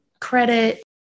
credit